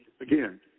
again